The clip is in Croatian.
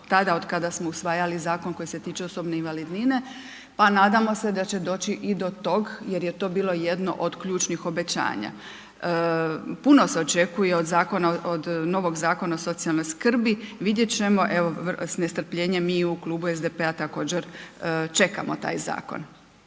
tada od kada smo usvajali zakon koji se tiče osobne invalidnine pa nadamo se da će doći i do tog jer je to bilo jedno ključnih obećanja. Puno se očekuje od novog Zakona o socijalnoj skrbi, vidjet ćemo, evo s nestrpljenjem mi u klubu SDP-a također čekamo taj zakon.